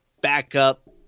backup